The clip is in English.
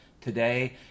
today